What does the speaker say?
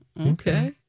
okay